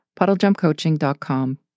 puddlejumpcoaching.com